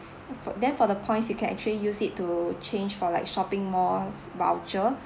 for then for the points you can actually use it to change for like shopping mall vouchers